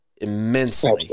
immensely